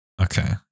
Okay